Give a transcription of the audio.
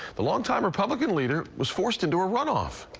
the long-time republican leader was forced into a run-off.